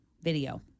video